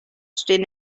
stehen